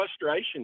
frustration